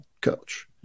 coach